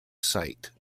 site